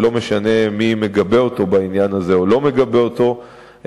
ולא משנה מי מגבה אותו או לא מגבה אותו בעניין הזה,